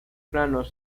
planos